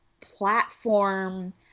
platform